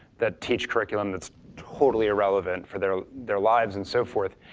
that teach curriculum that's totally irrelevant for their their lives and so forth.